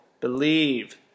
believe